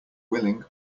willing